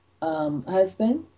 Husband